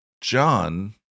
John